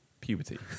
puberty